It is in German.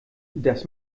das